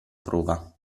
prova